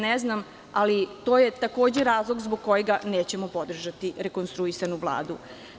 Ne znam, ali to je takođe razlog zbog kojeg nećemo podržati rekonstruisanu Vladu.